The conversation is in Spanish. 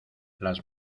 las